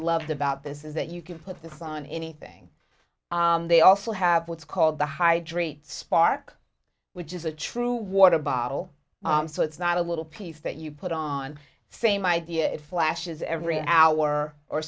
loved about this is that you can put this on anything they also have what's called the hydrate spark which is a true water bottle so it's not a little piece that you put on same idea it flashes every hour or